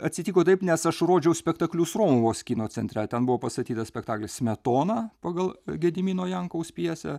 atsitiko taip nes aš rodžiau spektaklius romuvos kino centre ten buvo pastatytas spektaklis smetona pagal gedimino jankaus pjesę